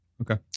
Okay